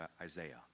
Isaiah